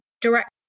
direct